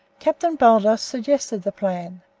captain baldos suggested the plan.